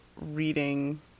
reading